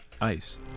Ice